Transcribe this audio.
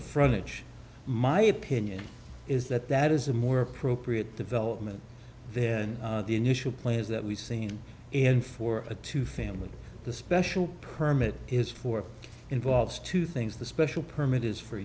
frontage my opinion is that that is a more appropriate development then the initial plans that we've seen in for a two family the special permit is for involves two things the special permit is for